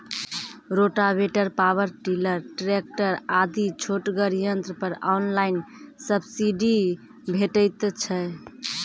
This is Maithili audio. रोटावेटर, पावर टिलर, ट्रेकटर आदि छोटगर यंत्र पर ऑनलाइन सब्सिडी भेटैत छै?